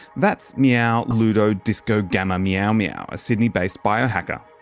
that's meow-ludo disco gamma meow-meow a sydney-based biohacker.